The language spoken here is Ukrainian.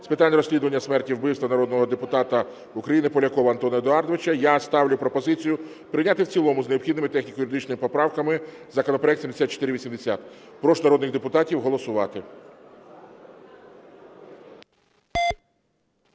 з питань розслідування смерті (вбивства) народного депутата України Полякова Антона Едуардовича. Я ставлю пропозицію прийняти в цілому з необхідними техніко-юридичними поправками законопроект 7480. Прошу народних депутатів голосувати.